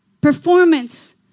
Performance